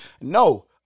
No